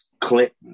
Clinton